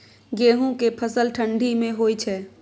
गेहूं के फसल ठंडी मे होय छै?